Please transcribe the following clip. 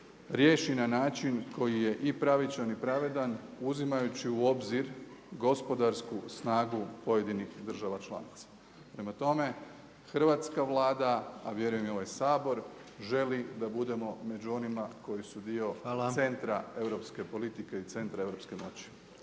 riješi na način koji je i pravičan i pravedan uzimajući u obzir gospodarsku snagu pojedinih država članica. Prema tome, hrvatska Vlada vjerujem i ovaj Sabor želi da budemo među onima koji su dio centra europske politike i centra europske moći.